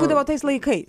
būdavo tais laikais